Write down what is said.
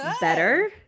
better